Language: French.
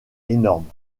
énormes